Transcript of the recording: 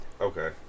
okay